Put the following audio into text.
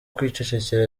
kwicecekera